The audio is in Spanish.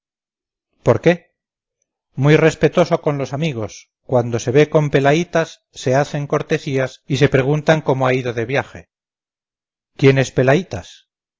por qué muy respetoso con los amigos cuando se ve con pelaítas se hacen cortesías y se preguntan cómo ha ido de viaje